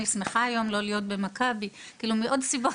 אני שמחה שלא להיות במכבי אחרי מה ששמענו,